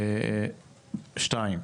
שתיים,